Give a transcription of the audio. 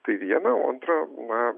tai viena o antra na